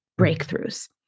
breakthroughs